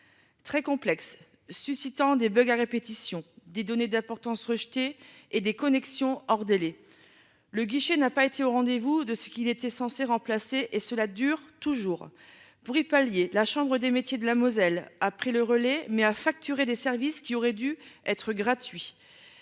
Très complexe, suscitant des bug a répétition des données d'importance rejeté et des connexions hors délai. Le guichet n'a pas été au rendez-vous de ce qu'il était censé remplacer et cela dure toujours pour y pallier, la chambre des métiers de la Moselle a pris le relais mais à facturer des services qui aurait dû être gratuit